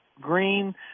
green